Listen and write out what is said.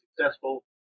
successful